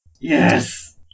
Yes